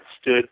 stood